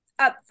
upfront